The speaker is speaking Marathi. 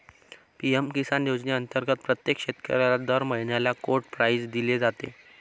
पी.एम किसान योजनेअंतर्गत प्रत्येक शेतकऱ्याला दर महिन्याला कोड प्राईज दिली जाते